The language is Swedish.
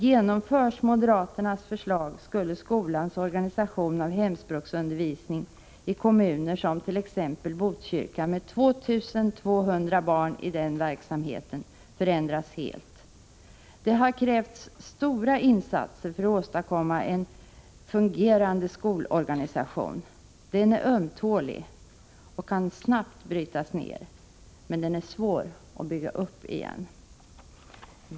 Genomförs moderaternas förslag skulle skolans organisation av hemspråksundervisning i kommuner som t.ex. Botkyrka, med 2 200 barn i den verksamheten, förändras helt. Det har krävts stora insatser för att åstadkomma en fungerande skolorganisation. Den är ömtålig och kan snabbt brytas ner — men är svår att bygga upp igen.